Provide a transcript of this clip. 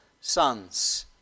sons